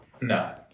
No